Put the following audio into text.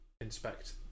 inspect